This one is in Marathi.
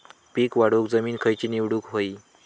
पीक वाढवूक जमीन खैची निवडुक हवी?